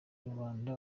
rubanda